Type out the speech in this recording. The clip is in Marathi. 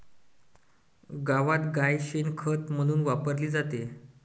गावात गाय शेण खत म्हणून वापरली जाते